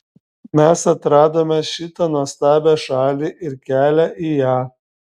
mes atradome šitą nuostabią šalį ir kelią į ją